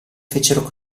fecero